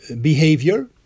behavior